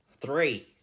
Three